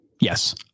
Yes